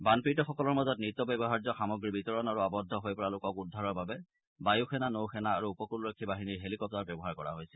বানপীডি্তসকলৰ মাজত নিত্য ব্যৱহাৰ্য সামগ্ৰী বিতৰণ আৰু আবদ্ধ হৈ পৰা লোকক উদ্ধাৰৰ বাবে বায়ুসেনা নৌসেনা আৰু উপকূলৰক্ষী বাহিনীৰ হেলিকপ্তাৰ ব্যৱহাৰ কৰা হৈছে